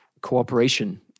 cooperation